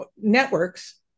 networks